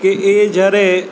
કે એ જ્યારે